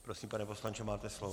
Prosím, pane poslanče, máte slovo.